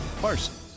Parsons